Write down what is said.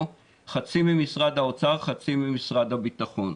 חצי ממשרד האוצר וחצי ממשרד הביטחון.